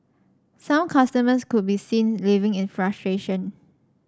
some customers could be seen leaving in frustration